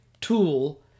tool